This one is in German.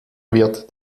wird